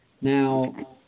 Now